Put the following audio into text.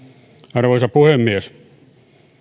arvoisa puhemies